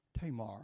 Tamar